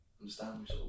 understand